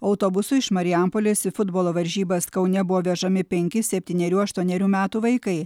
autobusu iš marijampolės į futbolo varžybas kaune buvo vežami penki septynerių aštuonerių metų vaikai